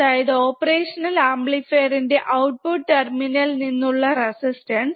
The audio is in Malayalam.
അതായത് ഓപ്പറേഷണൽ ആംപ്ലിഫയർഇൻറെ ഔട്ട്പുട് ടെർമിനൽ നിന്നുള്ള റെസിസ്റ്റൻസ്